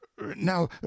now